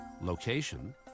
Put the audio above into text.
Location